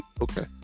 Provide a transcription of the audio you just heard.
Okay